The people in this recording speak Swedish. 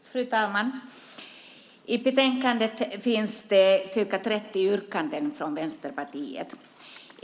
Fru talman! I betänkandet finns ca 30 yrkanden från Vänsterpartiet.